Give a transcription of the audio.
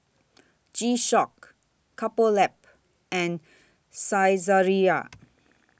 G Shock Couple Lab and Saizeriya